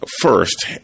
first